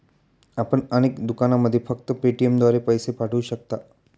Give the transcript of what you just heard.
आपण अनेक दुकानांमध्ये फक्त पेटीएमद्वारे पैसे पाठवू शकता